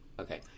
Okay